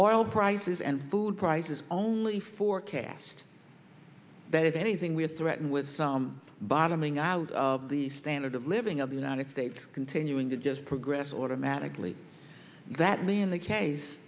oil prices and food prices only forecast that if anything we are threatened with bottoming out of the standard of living of the united states continuing to just progress automatically that we in the case